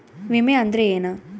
ವಿಮೆ ಅಂದ್ರೆ ಏನ?